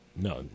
No